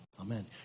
Amen